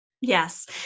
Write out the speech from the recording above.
Yes